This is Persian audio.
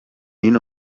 این